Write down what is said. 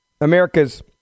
America's